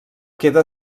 queda